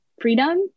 freedom